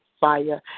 fire